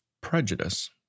Prejudice